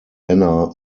anna